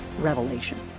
Revelation